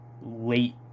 late